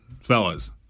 fellas